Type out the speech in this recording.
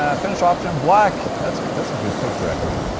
ah finish option black. that's that's a good picture actually.